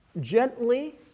gently